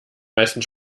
meisten